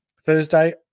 Thursday